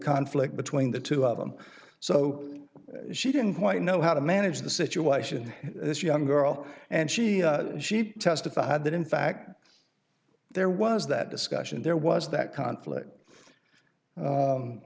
conflict between the two of them so she didn't quite know how to manage the situation this young girl and she she testified that in fact there was that discussion there was that conflict